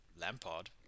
Lampard